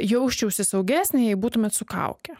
jausčiausi saugesnė jei būtumėt su kauke